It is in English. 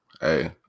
hey